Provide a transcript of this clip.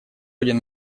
один